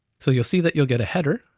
so you'll see that you'll get a header,